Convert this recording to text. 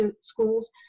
schools